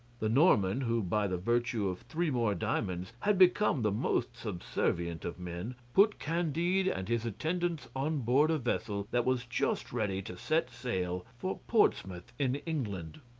the norman, who by the virtue of three more diamonds had become the most subservient of men, put candide and his attendants on board a vessel that was just ready to set sail for portsmouth in england.